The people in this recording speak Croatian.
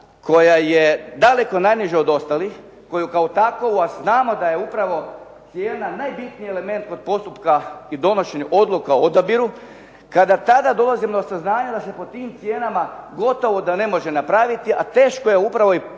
koja je daleko najniža od ostalih koju kao takvu, a znamo da je upravo cijena najbitniji element kod postupka i donošenja odluka o odabiru, kada tada dolazimo do saznanja da se po tim cijenama gotovo da ne može napraviti, a teško je upravo i